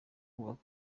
kubaka